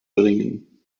bringen